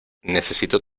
necesito